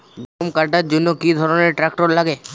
গম কাটার জন্য কি ধরনের ট্রাক্টার লাগে?